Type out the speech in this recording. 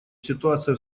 ситуация